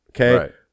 Okay